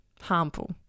harmful